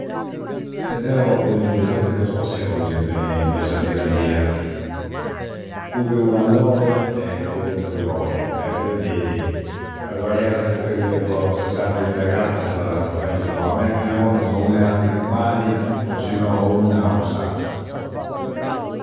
Deu appu tengiu sempri duas passioisi de, me in sa vida mia: curri u palloi e curri u zriboi. E quindi al variare del periodo de s'annu chi t'agattasa faisi, meda ottasa, unu e attra impari o, si no, o una o s'attra.